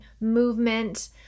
movement